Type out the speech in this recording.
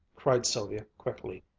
cried sylvia quickly.